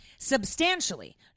Substantially